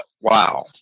wow